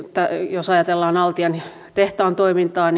jos ajatellaan altian tehtaan toimintaa